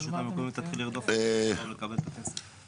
הרשות המקומית תתחיל לרדוף בשביל לקבל את הכסף.